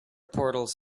portals